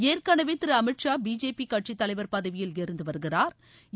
ஏற்கனவே திரு அமித் ஷா பிஜேபி கட்சித் தலைவர் பதவியில் இருந்து வருகிறாா்